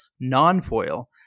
non-foil